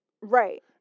Right